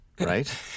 right